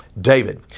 David